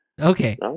Okay